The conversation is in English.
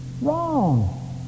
Wrong